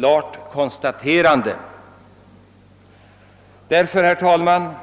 bara att konstatera faktum. Herr talman!